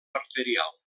arterial